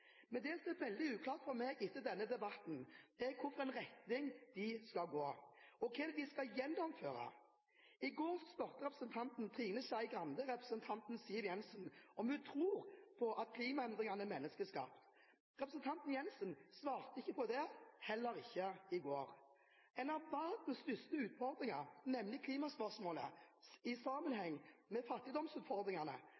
retning de skal gå. Og hva er det de skal gjennomføre? I går spurte representanten Trine Skei Grande representanten Siv Jensen om hun tror at klimaendringene er menneskeskapte. Representanten Jensen svarte ikke på det, heller ikke i går. En av verdens største utfordringer, nemlig klimaspørsmålet – i